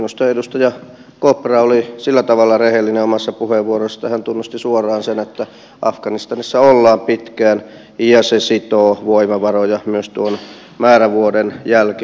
minusta edustaja kopra oli sillä tavalla rehellinen omassa puheenvuorossaan että hän tunnusti suoraan sen että afganistanissa ollaan pitkään ja se sitoo voimavaroja myös tuon määrävuoden jälkeen